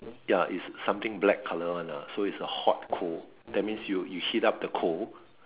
ya is something black colour one ah so is a hot coal that means you you heat up the coal